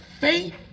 faith